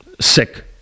sick